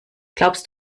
glaubst